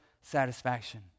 satisfaction